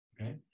Okay